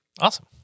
Awesome